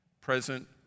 present